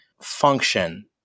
function